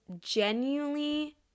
genuinely